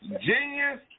Genius